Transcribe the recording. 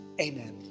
Amen